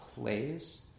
plays